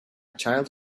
child